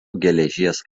geležies